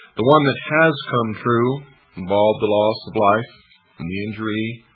the one that has come true involve the loss of life and the injury